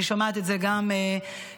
אני שומעת את זה גם מהתלמידים.